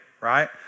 Right